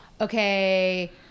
okay